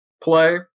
play